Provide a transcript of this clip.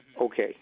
Okay